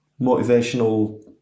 motivational